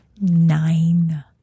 Nine